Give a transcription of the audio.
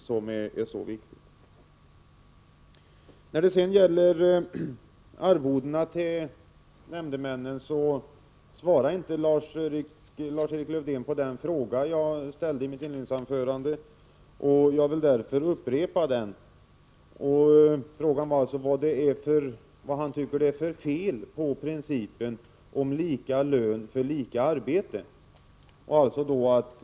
Beträffande nämndemännens arvoden vill jag framhålla att Lars-Erik Lövdén inte svarade på den fråga som jag ställde i mitt inledningsanförande, och därför vill jag upprepa frågan. Den löd alltså: Vad är det för fel på principen lika lön för lika arbete?